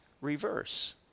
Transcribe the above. reverse